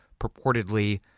purportedly